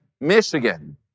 Michigan